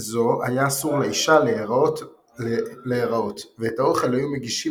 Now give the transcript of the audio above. זו היה אסור לאישה להיראות ואת האוכל היו מגישים